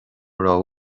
raibh